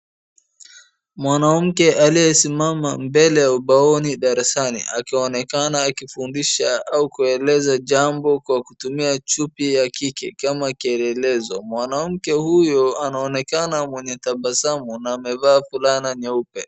Mwanamke aliyesimama mbele ya ubaoni darasani akionekana akifundisha au kueleza jambo kwa kutumia chupi ya kike kama kielelezo. Mwanamke huyo anaonekana mwenye tabasamu na amevaa fulana nyeupe.